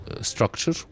structure